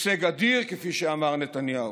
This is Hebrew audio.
הישג אדיר, כפי שאמר נתניהו,